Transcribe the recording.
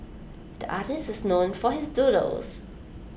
the artist is known for his doodles